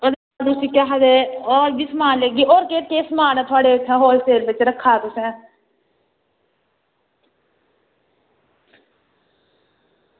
ओह्दे बाद होर बी समान लेइयै होर केह् केह् समान ऐ थुआढ़े होलसेल बिच रक्खा तुसें